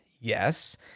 yes